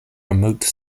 remote